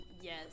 Yes